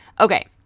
Okay